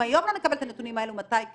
אם היום לא נקבל את הנתונים האלו מתי כן?